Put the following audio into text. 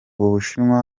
bushinwa